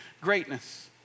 greatness